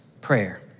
prayer